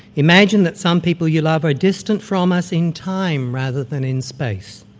imagine that some people you love are distant from us in time rather than in space.